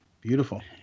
Beautiful